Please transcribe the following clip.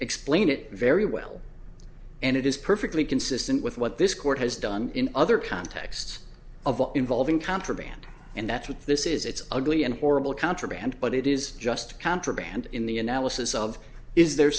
explained it very well and it is perfectly consistent with what this court has done in other contexts of all involving contraband and that's what this is it's ugly and horrible contraband but it is just contraband in the analysis